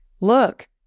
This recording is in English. look